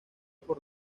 por